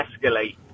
escalate